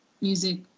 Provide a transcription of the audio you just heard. music